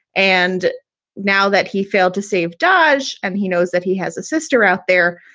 and now that he failed to save dodge and he knows that he has a sister out there.